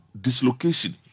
dislocation